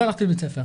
לא הלכתי לבית ספר.